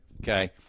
Okay